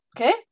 Okay